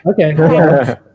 Okay